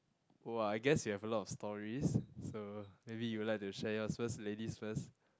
!wah! I guess you have a lot of stories so maybe you like to share yours first ladies first